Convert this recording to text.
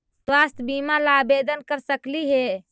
स्वास्थ्य बीमा ला आवेदन कर सकली हे?